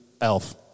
Elf